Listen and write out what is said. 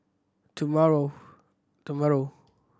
tomorrow tomorrow